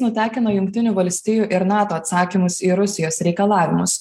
nutekino jungtinių valstijų ir nato atsakymus į rusijos reikalavimus